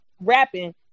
rapping